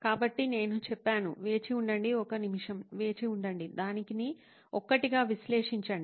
కాబట్టి నేను చెప్పాను వేచి ఉండండి ఒక నిమిషం వేచి ఉండండి దానిని ఒక్కొక్కటిగా విశ్లేషించండి